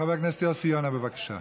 חבר הכנסת יוסי יונה, בבקשה.